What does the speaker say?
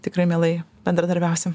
tikrai mielai bendradarbiausim